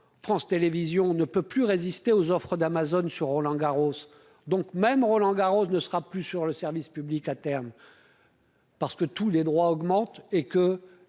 France Télévisions ne peut plus résister aux offres d'Amazon sur Roland Garros, donc même Roland-Garros ne sera plus sur le service public, à terme, parce que tous les droits augmentent et que